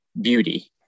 beauty